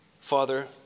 Father